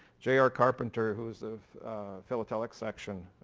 j. r. carpenter who's of philatelic section